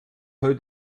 heute